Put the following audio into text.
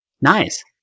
Nice